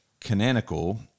canonical